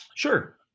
Sure